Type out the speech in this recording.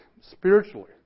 spiritually